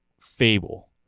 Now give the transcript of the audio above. Fable